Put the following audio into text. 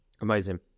amazing